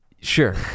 Sure